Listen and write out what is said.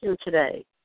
today